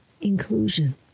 inclusion